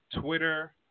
Twitter